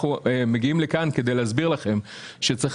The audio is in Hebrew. אנחנו מגיעים לכאן כדי להסביר לכם שצריך